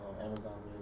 Amazon